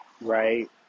right